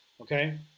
okay